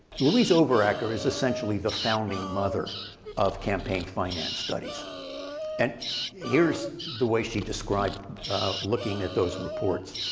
louise overacker is essentially the founding mother of campaign finance studies and here is the way she described looking at those reports.